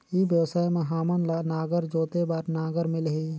ई व्यवसाय मां हामन ला नागर जोते बार नागर मिलही?